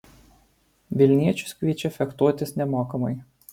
vilniečius kviečia fechtuotis nemokamai